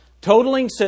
Totaling